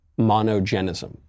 monogenism